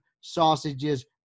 sausages